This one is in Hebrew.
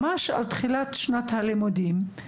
ממש מתחילת שנת הלימודים: